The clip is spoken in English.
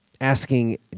asking